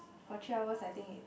for three hours I think it